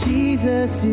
Jesus